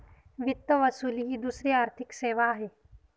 वित्त वसुली ही दुसरी आर्थिक सेवा आहे